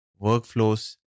workflows